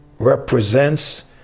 Represents